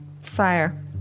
Fire